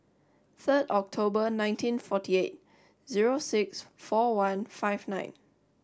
third October ninety forty eight zero six four one five nine